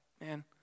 man